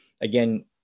again